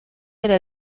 era